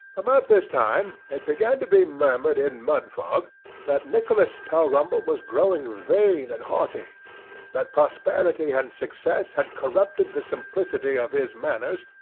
about this time, it began to be murmured in mudfog that nicholas tulrumble was growing vain and haughty that prosperity and success had corrupted the simplicity of his manners,